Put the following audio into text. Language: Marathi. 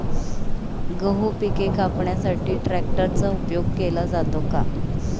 गहू पिके कापण्यासाठी ट्रॅक्टरचा उपयोग केला जातो का?